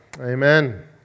Amen